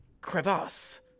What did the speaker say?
crevasse